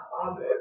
closet